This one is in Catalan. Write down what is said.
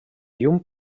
llum